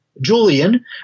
Julian